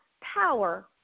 power